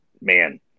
man